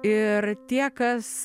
ir tie kas